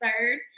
third